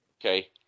Okay